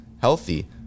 healthy